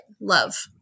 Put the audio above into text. love